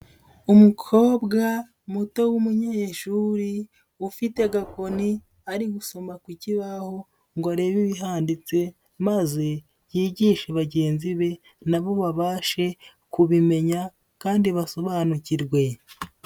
Umukobwa muto w'umunyeshuri, ufite agakoni ari gusoma ku kibaho ngo arebe ibihanditse maze yigishe bagenzi be na bo babashe kubimenya kandi basobanukirwe.